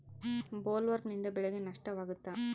ಬೊಲ್ವರ್ಮ್ನಿಂದ ಬೆಳೆಗೆ ನಷ್ಟವಾಗುತ್ತ?